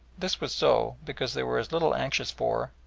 this was so because they were as little anxious for,